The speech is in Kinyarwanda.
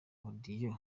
audios